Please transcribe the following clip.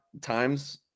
times